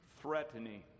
threatening